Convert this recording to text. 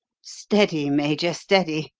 steady, major, steady!